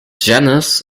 genus